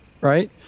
right